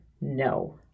No